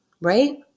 right